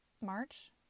March